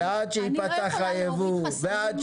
אני לא יכולה להוריד חסמים לתחרות בסמכויות